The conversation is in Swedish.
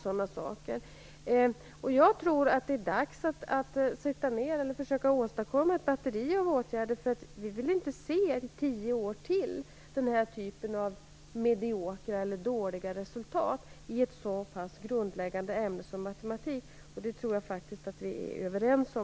Det är dags att försöka åstadkomma ett batteri av åtgärder. Jag vill inte se den här typen av mediokra eller dåliga resultat i tio år till i ett så pass grundläggande ämne som matematik. Och det tror jag också att vi är överens om.